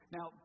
Now